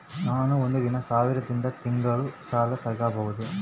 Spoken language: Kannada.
ನಾನು ಒಂದು ಸಾವಿರದಿಂದ ತಿಂಗಳ ಸಾಲ ತಗಬಹುದಾ?